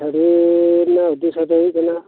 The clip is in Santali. ᱪᱷᱟᱹᱰᱣᱤ ᱨᱮᱱᱟᱜ ᱩᱫᱽᱫᱮᱥᱚ ᱫᱚ ᱦᱩᱭᱩᱜ ᱠᱟᱱᱟ